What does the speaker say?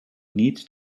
needs